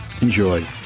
enjoy